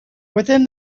within